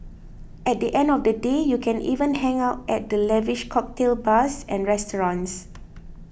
at the end of the day you can even hang out at the lavish cocktail bars and restaurants